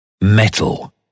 Metal